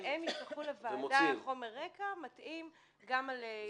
שהם ישלחו לוועדה חומר רקע מתאים גם את העמדות שלהם.